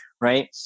Right